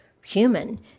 human